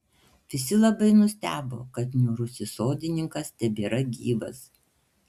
visi labai nustebo kad niūrusis sodininkas tebėra gyvas